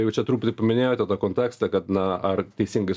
jau čia truputį paminėjote tą kontekstą kad na ar teisingai